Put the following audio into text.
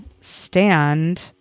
stand